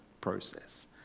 process